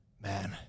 man